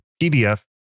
PDF